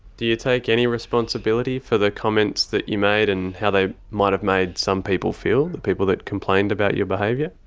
do you take any responsibility for the comments that you made and how they might have made some people feel, the people that complained about your behaviour?